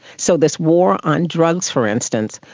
so this war on drugs, for instance,